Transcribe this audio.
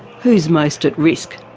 who's most at risk?